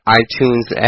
iTunes